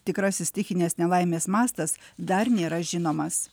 tikrasis stichinės nelaimės mastas dar nėra žinomas